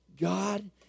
God